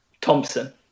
thompson